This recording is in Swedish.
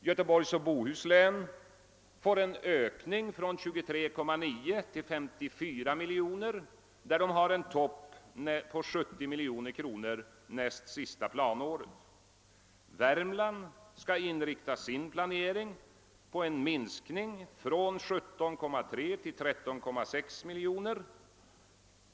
Göteborgs och Bohus län får en ökning från 23,9 till 54 miljoner med en topp på 70 miljoner kronor för det näst sista planåret. Värmlands län måste inrikta sin planering på en minskning från 17,3 till 13,6 miljoner.